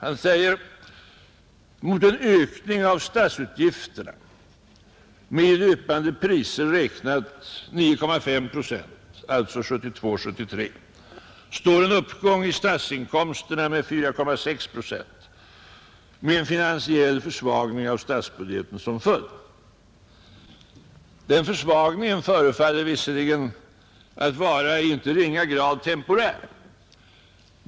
Han säger: ”Mot en ökning av statsutgifterna med i löpande priser räknat 9,5 I står en uppgång i statsinkomsterna med 4,6 70 med en finansiell försvagning av statsbudgeten som följd.” Den försvagningen förefaller visserligen att vara i icke ringa grad temporär.